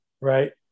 right